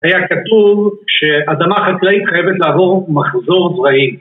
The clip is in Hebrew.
‫היה כתוב שאדמה חקלאית ‫חייבת לעבור מחזור זרעי.